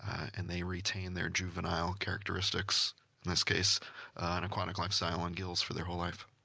and they retain their juvenile characteristics. in this case an aquatic lifestyle and gills for their whole life.